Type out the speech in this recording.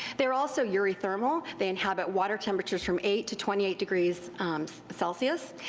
theyire also eurythermal, they inhabit water temperatures from eight to twenty eight degrees celsius,